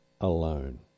alone